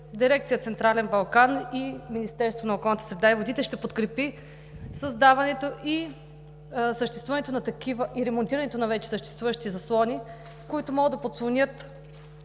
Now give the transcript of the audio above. дирекция „Централен Балкан“ и Министерството на околната среда и водите ще подкрепи създаването и ремонтирането на вече съществуващи заслони, които могат да подслонят